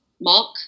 mark